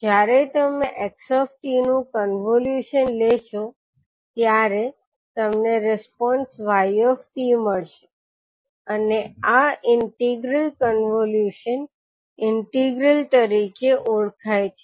જ્યારે તમે x𝑡 નું કન્વોલ્યુશન લેશો ત્યારે તમને રિસ્પોન્સ 𝑦𝑡 મળશે અને આ ઇન્ટિગ્રલ કોન્વોલ્યુશન ઇન્ટિગ્રલ તરીકે ઓળખાય છે